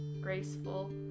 graceful